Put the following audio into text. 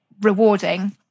rewarding